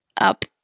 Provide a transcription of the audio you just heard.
up